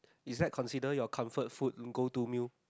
is that considered your comfort food go to meal